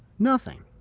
nothing.